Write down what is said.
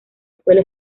escuela